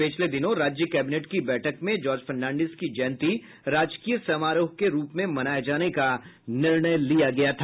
पिछले दिनों राज्य कैबिनेट की बैठक में जार्ज फर्नांडिस की जयंती राजकीय समारोह के रूप में मनाये जाने का निर्णय लिया गया था